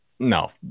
No